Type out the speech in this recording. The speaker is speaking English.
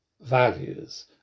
values